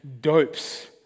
dopes